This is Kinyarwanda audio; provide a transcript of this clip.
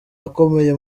akomeye